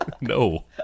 No